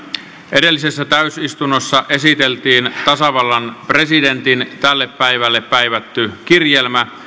edellisessä täysistunnossa esiteltiin tasavallan presidentin tälle päivälle päivätty kirjelmä